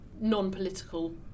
non-political